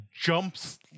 Jumps